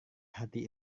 hati